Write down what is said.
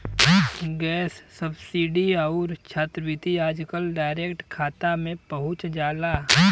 gas subsidy आउर छात्रवृत्ति आजकल डायरेक्ट खाता में पहुंच जाला